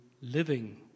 living